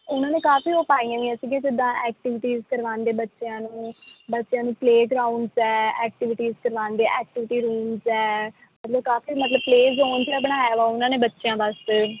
ਉਹਨਾਂ ਨੇ ਕਾਫੀ ਉਹ ਪਾਈਆਂ ਹੋਈਆਂ ਸੀਗੀਆਂ ਜਿੱਦਾਂ ਐਕਟੀਵਿਟੀਜ਼ ਕਰਵਾਉਂਦੇ ਬੱਚਿਆਂ ਨੂੰ ਬੱਚਿਆਂ ਨੂੰ ਪਲੇਅ ਗਰਾਉਂਡਸ ਹੈ ਐਕਟੀਵਿਟੀਜ਼ ਕਰਵਾਉਂਦੇ ਹੈ ਐਕਟੀਵਿਟੀ ਰੂਮਜ਼ ਹੈ ਮਤਲਬ ਕਾਫੀ ਮਤਲਬ ਪਲੇਅ ਜ਼ੋਨ ਜਿਹਾ ਬਣਾਇਆ ਵਾ ਉਹਨਾਂ ਨੇ ਬੱਚਿਆਂ ਵਾਸਤੇ